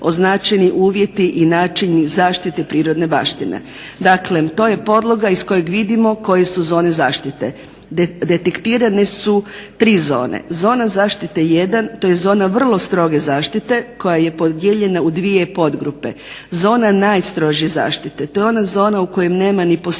označeni uvjeti i način zaštite prirodne baštine. Dakle to je podloga iz koje vidimo koje su zone zaštite. Detektirane su tri zone. Zona zaštite jedan, to je zona vrlo stroge zaštite koja je podijeljena u dvije podgrupe. Zona najstrožije zaštite to je ona u kojoj nema ni posjetitelja